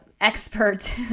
Expert